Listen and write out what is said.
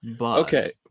Okay